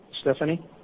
Stephanie